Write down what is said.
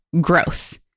growth